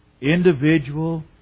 individual